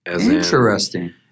Interesting